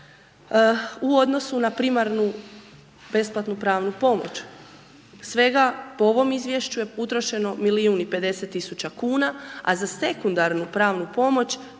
u odnosu na primarnu besplatnu pravnu pomoć, svega, po ovom Izvješću je utrošeno milijun i 50.000,00 kn, a za sekundarnu pravnu pomoć